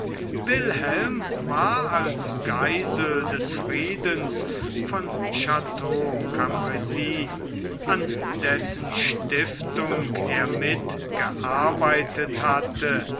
wilhelm war als geisel des friedens von chateau cambresis an dessen stiftung er mitgearbeitet hatte